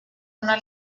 una